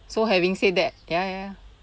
so having said that ya ya ya